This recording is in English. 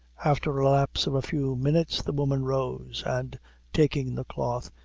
after a lapse of a few minutes, the woman rose, and taking the cloth,